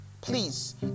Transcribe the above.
please